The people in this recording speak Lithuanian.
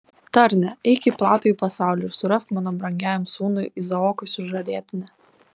tarne eik į platųjį pasaulį ir surask mano brangiajam sūnui izaokui sužadėtinę